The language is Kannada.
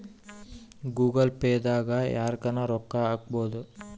ಗೂಗಲ್ ಪೇ ದಾಗ ಯರ್ಗನ ರೊಕ್ಕ ಹಕ್ಬೊದು